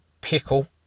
pickle